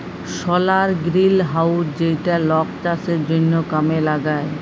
সলার greenhouse যেইটা লক চাষের জনহ কামে লাগায়